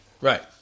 Right